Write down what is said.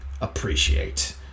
appreciate